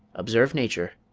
observe nature,